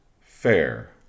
fair